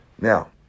Now